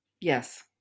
Yes